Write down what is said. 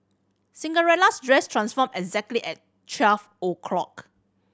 Cinderella's dress transformed exactly at twelve o'clock